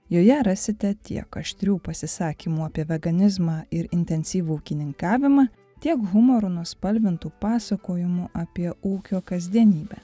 joje rasite tiek aštrių pasisakymų apie veganizmą ir intensyvų ūkininkavimą tiek humoru nuspalvintų pasakojimų apie ūkio kasdienybę